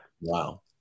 wow